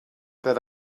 that